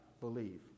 believe